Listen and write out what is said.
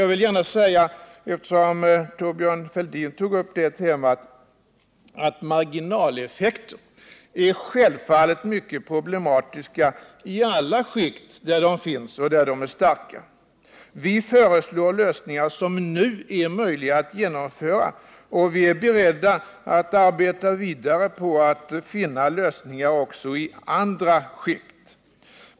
Jag vill gärna, eftersom Thorbjörn Fälldin tog upp det temat, hålla med om att marginaleffekter självfallet är mycket problematiska i alla skikt där de är starka. Vi föreslår lösningar som nu är möjliga att genomföra, och vi är beredda att arbeta vidare på att finna lösningar också i andra skikt.